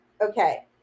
Okay